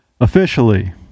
Officially